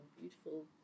beautiful